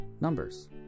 numbers